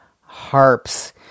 harps